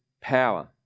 power